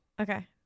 Okay